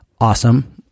awesome